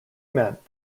meant